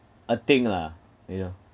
a thing lah you know